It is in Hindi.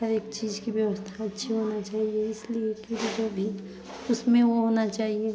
हर एक चीज़ की व्यवस्था अच्छी होना चाहिए इसलिए कि जो भी उसमें वो होना चाहिए